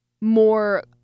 more